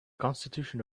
constitution